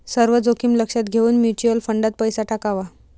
सर्व जोखीम लक्षात घेऊन म्युच्युअल फंडात पैसा टाकावा